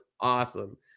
awesome